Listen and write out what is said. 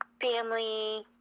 family